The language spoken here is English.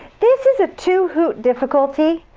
this is a two hoot difficulty.